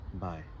bye